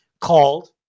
called